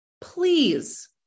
please